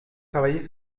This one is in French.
travaillé